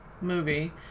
movie